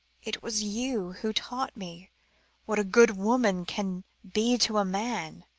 it was you who taught me what a good woman can be to a man.